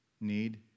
need